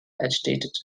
agitated